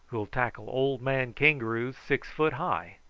who'll tackle old man kangaroos six-foot high.